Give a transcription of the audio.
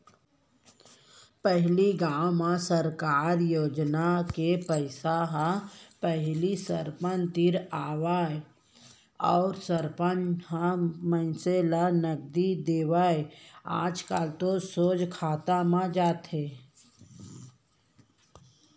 पहिली गाँव में सरकार योजना के पइसा ह पहिली सरपंच तीर आवय अउ सरपंच ह मनसे ल नगदी देवय आजकल तो सोझ खाता म जाथे